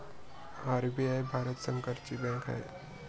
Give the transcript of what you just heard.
RBI Bharat सरकारची bank आहे